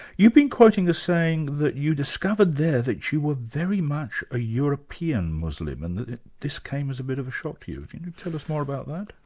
you've been quoting as saying that you discovered there that you were very much a european muslim, and that this came as a bit of a shock to you. can you tell us more about that?